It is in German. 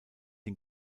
den